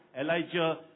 Elijah